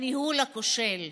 הניהול הכושל.